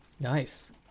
nice